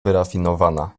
wyrafinowana